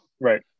right